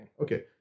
Okay